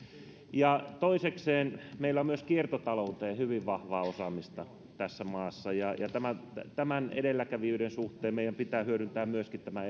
ja toisekseen meillä on myös kiertotaloudessa hyvin vahvaa osaamista tässä maassa ja ja tämän tämän edelläkävijyyden suhteen meidän pitää hyödyntää myöskin tämä